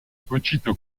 petite